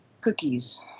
cookies